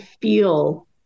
feel